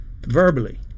verbally